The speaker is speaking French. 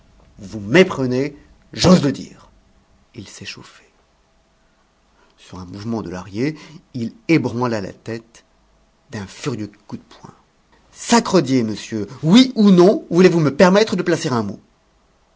vous méprenez j'ose le dire il s'échauffait sur un mouvement de lahrier il ébranla la table d'un furieux coup de poing sacredié monsieur oui ou non voulez-vous me permettre de placer un mot